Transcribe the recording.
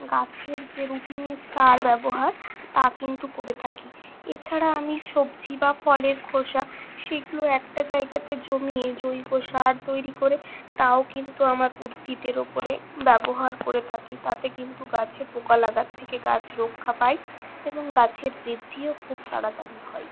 গাছের যে রুটিনের সার ব্যবহার তা কিন্তু করে থাকি এছাড়া আমি সবজি বা ফলের খোসা সেগুলো একটা জায়গাতে জমিয়ে জৈব সার তৈরি করে তাও কিন্তু আমার উদ্ভিদের উপরে ব্যবহার করে থাকি তাতে কিন্তু গাছে পোকা লাগার থেকে গাছ রক্ষা পায় এবং গাছের বৃদ্ধিও খুব তাড়াতাড়ি হয়